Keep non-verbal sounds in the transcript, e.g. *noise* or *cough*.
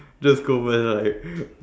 just go over there and like *laughs*